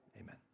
Amen